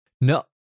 No